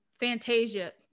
fantasia